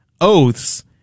oaths